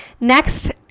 Next